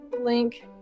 link